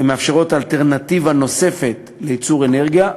הן מאפשרות אלטרנטיבה נוספת לייצור אנרגיה,